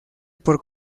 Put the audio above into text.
por